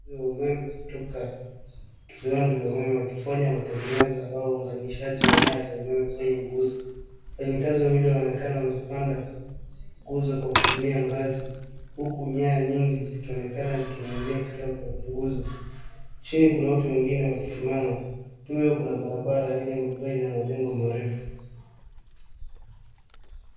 ...nguzo ya umeme kutoka viwanda vya umeme wakifanya matengenezo au uunganishaji wa nyaya za umeme kutoka kwenye nguzo. Wafanyikazi wawili wanaonekana wamepanda nguzo kwa kutumia ngazi huku nyaya nyingi zikionekana zikining'inia kutoka kwa nguzo. Chini kuna watu wengine wakisimama. Nyuma yao kuna barabara yenye magari na majengo marefu.